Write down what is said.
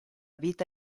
vita